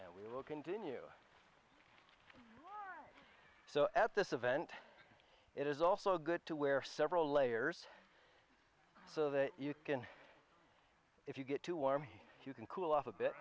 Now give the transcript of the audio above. and we will continue so at this event it is also good to wear several layers so that you can if you get too warm you can cool off a bit